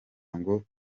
ngo